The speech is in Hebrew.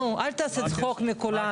נו, אל תעשה צחוק מכולנו.